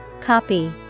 Copy